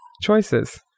Choices